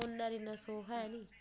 इन्ना सुख ते ऐ निं